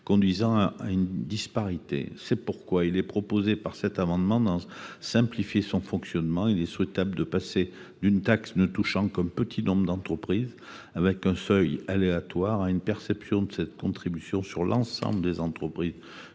disparité de traitement. C’est pourquoi il est proposé, par cet amendement, d’en simplifier le fonctionnement. Il est souhaitable de passer d’une taxe ne touchant qu’un petit nombre d’entreprises, avec un seuil aléatoire, à une contribution sur l’ensemble des entreprises